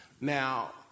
Now